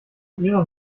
ihrer